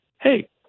hey